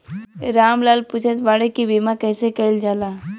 राम लाल पुछत बाड़े की बीमा कैसे कईल जाला?